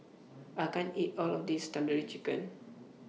I can't eat All of This Tandoori Chicken